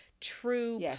true